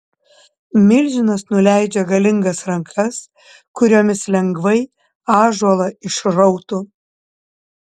milžinas nuleidžia galingas rankas kuriomis lengvai ąžuolą išrautų